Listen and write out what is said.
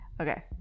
Okay